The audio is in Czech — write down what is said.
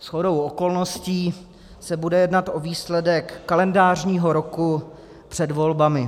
Shodou okolností se bude jednat o výsledek kalendářního roku před volbami.